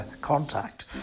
contact